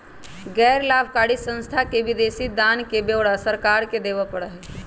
गैर लाभकारी संस्था के विदेशी दान के ब्यौरा सरकार के देवा पड़ा हई